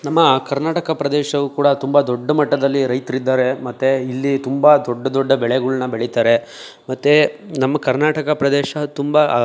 ನಮ್ಮ ಕರ್ನಾಟಕ ಪ್ರದೇಶವು ಕೂಡ ತುಂಬ ದೊಡ್ಡ ಮಟ್ಟದಲ್ಲಿ ರೈತರಿದ್ದಾರೆ ಮತ್ತೆ ಇಲ್ಲಿ ತುಂಬ ದೊಡ್ಡ ದೊಡ್ಡ ಬೆಳೆಗಳನ್ನ ಬೆಳೀತಾರೆ ಮತ್ತೆ ನಮ್ಮ ಕರ್ನಾಟಕ ಪ್ರದೇಶ ತುಂಬ